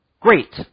Great